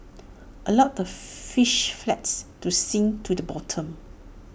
allow the fish flakes to sink to the bottom